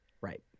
Right